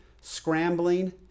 Scrambling